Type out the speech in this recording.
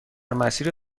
مسیر